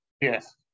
yes